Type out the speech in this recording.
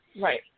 Right